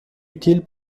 utiles